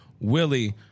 Willie